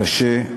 קשה,